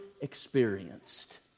experienced